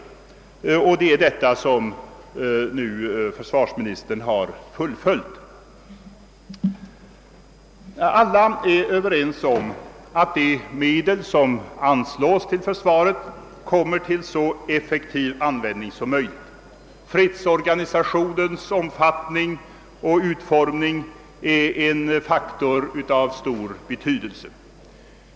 Det är detta som försvarsministern nu har fullföljt. Alla är överens om att de medel som anslås till försvaret skall komma till så effektiv användning som möjligt. Fredsorganisationens omfattning och utformning är en faktor av stor betydelse.